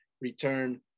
return